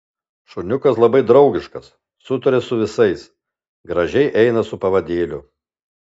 šuniukas labai draugiškas sutaria su visais gražiai eina su pavadėliu